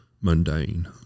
mundane